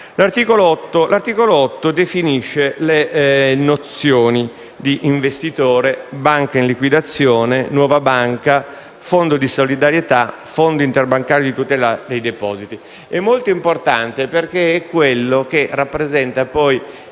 L'articolo 8 definisce le nozioni di investitore, banca in liquidazione, nuova banca, fondo di solidarietà e fondo interbancario di tutela dei depositi. È molto importante, perché rappresenta il